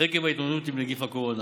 עקב ההתמודדות עם נגיף הקורונה.